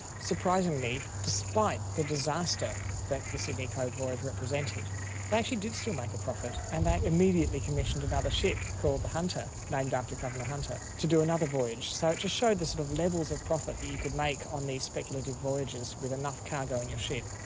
surprisingly, despite the disaster that the sydney cove voyage represented they actually did still make a profit, and they immediately commissioned another ship called the hunter, named after governor hunter, to do another voyage. so it just showed the sort of levels of profit that you could make on these speculative voyages with enough cargo in your ship.